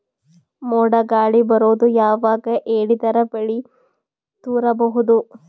ಮೋಡ ಗಾಳಿ ಬರೋದು ಯಾವಾಗ ಹೇಳಿದರ ಬೆಳೆ ತುರಬಹುದು?